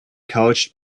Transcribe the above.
coached